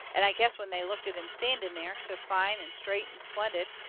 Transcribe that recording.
and i guess when they looked at him standing there, so fine and straight and splendid,